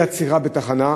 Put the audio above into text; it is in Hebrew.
אי-עצירה בתחנה,